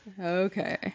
Okay